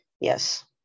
Yes